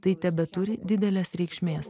į tai tebeturi didelės reikšmės